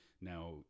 now